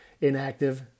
inactive